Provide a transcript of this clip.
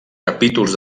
capítols